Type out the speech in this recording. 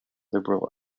liberal